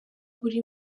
buri